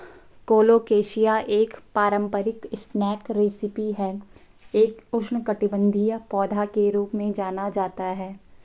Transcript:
colocasia एक पारंपरिक snack recipe है एक उष्णकटिबंधीय पौधा के रूप में जाना जाता है